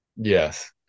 Yes